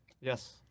Yes